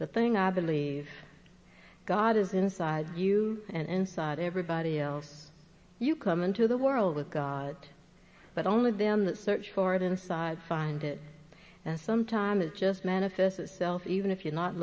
the thing i believe god is inside you and inside everybody else you come into the world with god but only them that search for it inside find it and sometime it just manifests itself even if you're not